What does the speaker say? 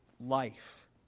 life